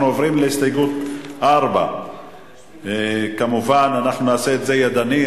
אנחנו עוברים להסתייגות 4. אנחנו נעשה את זה ידני,